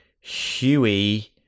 huey